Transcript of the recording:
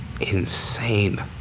Insane